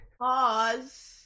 pause